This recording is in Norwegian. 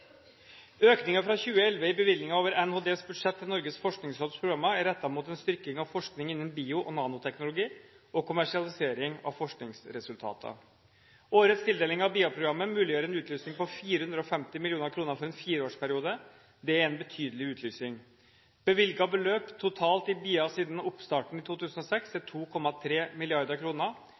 fra 2011 i bevilgningen over NHDs budsjett til Norges forskningsråds programmer er rettet mot en styrking av forskning innen bio- og nanoteknologi og kommersialisering av forskningsresultater. Årets tildeling til BIA-programmet muliggjør en utlysning på 450 mill. kr for en fireårsperiode. Det er en betydelig utlysning. Bevilget beløp totalt i BIA siden oppstarten i 2006 er 2,3